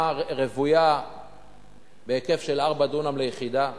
רוויה בהיקף של ארבע יחידות לדונם.